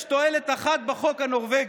"יש תועלת אחת בחוק הנורבגי,